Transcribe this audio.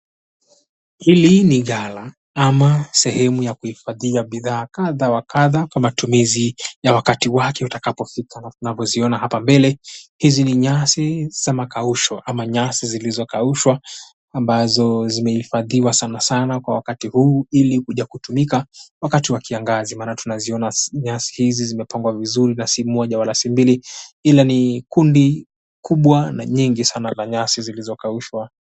Hili ni gala ama sehemu ya kuhifadhia bidhaa kadha wa kadha kwa matumizi ya wakati wake utakapofika na tunapoziona hapa mbele, hizi ni nyasi za makausho ama nyasi zilizokaushwa ambazo zimehifadhiwa sana sana kwa wakati huu ili kuja kutumika wakati wa kiangazi maana tunaziona nyasi hizi zimepangwa vizuri na si moja wala mbili ila ni kundi kubwa na nyingi sana la nyasi zilizokaushwa.